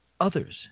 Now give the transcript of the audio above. Others